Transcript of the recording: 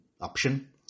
option